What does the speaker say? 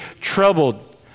troubled